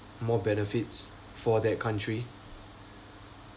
more benefits for that country